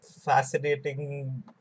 fascinating